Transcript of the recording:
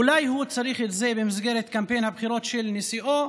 אולי הוא צריך את זה במסגרת קמפיין הבחירות של נשיאו,